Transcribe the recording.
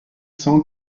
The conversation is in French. cent